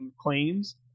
claims